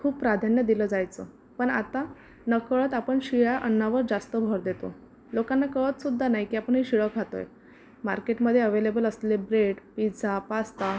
खूप प्राधान्य दिलं जायचं पण आता नकळत आपण शिळ्या अन्नावर जास्त भर देतो लोकांना कळत सुद्धा नाही की आपण हे शिळं खातोय मार्केटमध्ये अवेलेबल असलेले ब्रेड पिझ्झा पास्ता